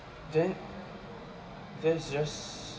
then that's just